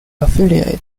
affiliate